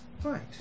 Right